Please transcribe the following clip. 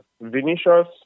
Vinicius